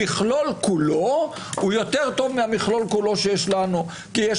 אבל המכלול כולו יותר טוב מהמכלול כולו שיש לנו כי יש